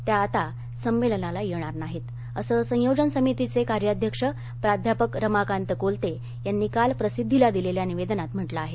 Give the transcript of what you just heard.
त्या आता संमेलनाला येणार नाहीत असं संयोजन समितीचे कार्याध्यक्ष प्राध्यापक रमाकांत कोलते यांनी काल प्रसिद्धीला दिलेल्या निवेदनात म्हटलं आहे